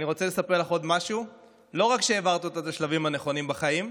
אני רוצה לספר לך עוד משהו: לא רק שהעברת אותה את השלבים הנכונים בחיים,